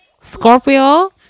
Scorpio